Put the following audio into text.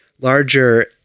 larger